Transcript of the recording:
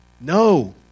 No